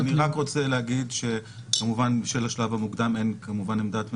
אני רק רוצה להגיד שלשלב המוקדם אין כמובן עמדת ממשלה,